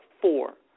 four –